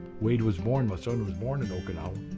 wade was born. my son was born in okinawa.